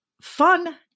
fun